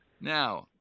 Now